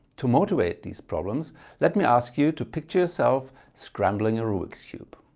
to motivate these problems let me ask you to picture yourself scrambling a rubik's cube.